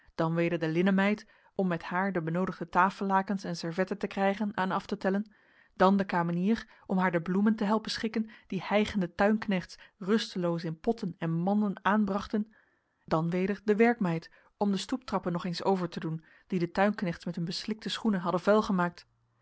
dan weder de linnenmeid om met haar de benoodigde tafellakens en servetten te krijgen en af te tellen dan de kamenier om haar de bloemen te helpen schikken die hijgende tuinknechts rusteloos in potten en manden aanbrachten dan weder de werkmeid om de stoeptrappen nog eens over te doen die de tuinknechts met hun beslikte schoenen hadden